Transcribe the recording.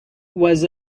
was